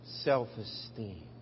self-esteem